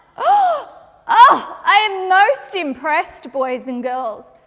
oh, ah i am most impressed boys and girls.